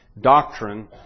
doctrine